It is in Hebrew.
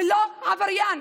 עבריין.